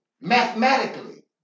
Mathematically